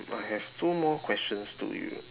I have two more questions to you